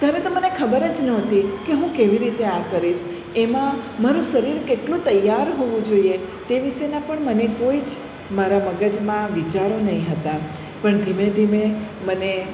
ત્યારે તો મને ખબર જ નહોતી કે હું કેવી રીતે આ કરીશ એમાં મારું શરીર કેટલું તૈયાર હોવું જોઈએ તે વિશેના પણ મને કોઈ જ મારા મગજમાં વિચારો નહીં હતા પણ ધીમે ધીમે મને